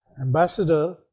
ambassador